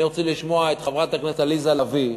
אני רוצה לשמוע את חברת הכנסת עליזה לביא,